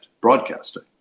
broadcasting